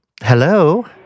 Hello